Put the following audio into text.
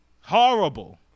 Horrible